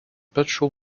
petrol